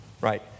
Right